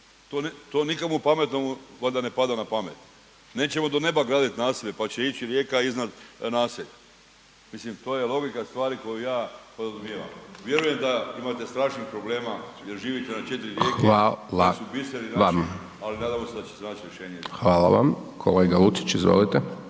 To nikome pametnome valjda ne pada na pamet. Nećemo do neba graditi nasipe pa će ići rijeka iznad naselja. Mislim to je logika stvari koju ja podrazumijevam. Vjerujem da imate strašnih problema jer živite na četiri rijeke, koji su biseri naši ali nadamo se da će se naći rješenje. **Hajdaš Dončić, Siniša